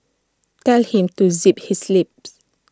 tell him to zip his lips